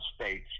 states